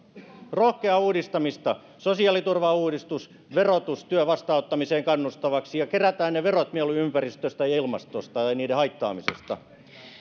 rohkeaa uudistamista sosiaaliturvan uudistus verotus työn vastaanottamiseen kannustavaksi ja kerätään ne verot mieluummin ympäristöstä ja ilmastosta ja niiden haittaamisesta